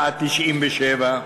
בעד, 97,